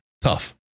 Tough